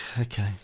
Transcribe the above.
Okay